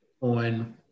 on